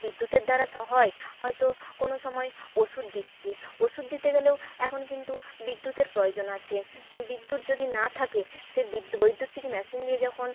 বিদ্যুতের দ্বারা স হয় হয়তো কোনো সময় ওষুধ দিচ্ছে ওষুধ দিতে গেলেও এখন কিন্তু বিদ্যুতের প্রয়োজন আছে বিদ্যুৎ যদি না থাকে সে বিদ বৈদ্যুতিক মেশিন দিয়ে যখন